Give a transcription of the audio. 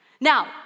Now